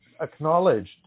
acknowledged